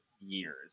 years